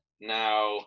Now